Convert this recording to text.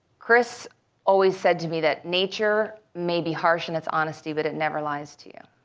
chris always said to me that nature may be harsh in its honesty, but it never lies to you.